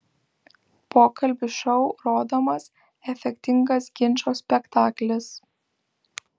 pokalbių šou rodomas efektingas ginčo spektaklis